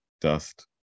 dust